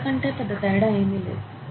అంతకంటే పెద్ద తేడా ఏమి లేదు